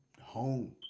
home